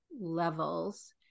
levels